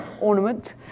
ornament